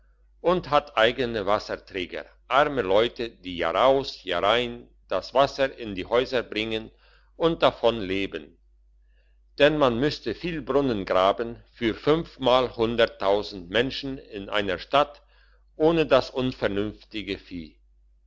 und hat eigene wasserträger arme leute die jahraus jahrein das wasser in die häuser bringen und davon leben denn man müsste viel brunnen graben für fünfmalhunderttausend menschen in einer stadt ohne das unvernünftige vieh